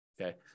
Okay